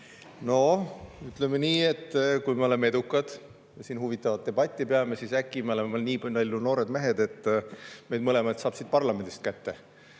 Noh, ütleme nii, et kui me oleme edukad ja siin huvitavat debatti peame, siis äkki me oleme veel nii noored mehed, et meid mõlemat saab siit parlamendist kätte.